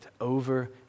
over